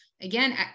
again